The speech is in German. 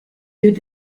wird